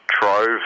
trove